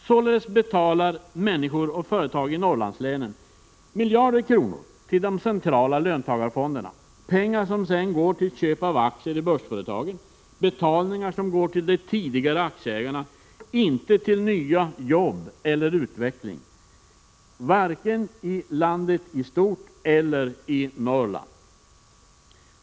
Således betalar människor och företag i Norrlandslänen miljarder kronor till de centrala löntagarfonderna, pengar som sedan går till köp av aktier i börsföretagen, betalningar som går till de tidigare aktieägarna — inte till nya jobb eller utveckling, varken i landet i stort eller i Norrland.